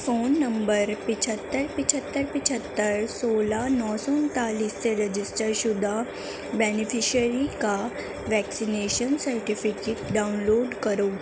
phone number پچہتر پچہتر پچہتر سولہ نو سو انتالیس سے رجسٹرشدہ بینیفشیری کا ویکسینیشن سرٹیفکیٹ ڈاؤن لوڈ کرو